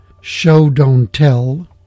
show-don't-tell